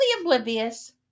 oblivious